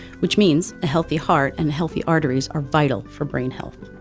which means a healthy heart and healthy arteries are vital for brain health.